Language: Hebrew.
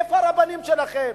איפה הרבנים שלכם?